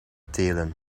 telen